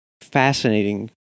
fascinating